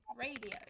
Radio